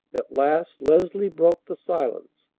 at last leslie broke the silence.